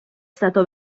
stato